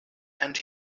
and